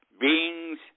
beings